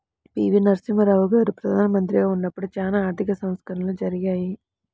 పి.వి.నరసింహారావు గారు ప్రదానమంత్రిగా ఉన్నపుడు చానా ఆర్థిక సంస్కరణలు జరిగాయి